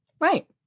Right